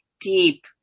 deep